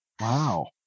Wow